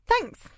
thanks